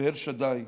ואל שדי,